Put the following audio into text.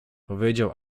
powiedział